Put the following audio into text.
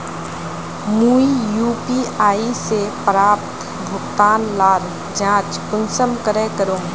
मुई यु.पी.आई से प्राप्त भुगतान लार जाँच कुंसम करे करूम?